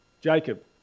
Jacob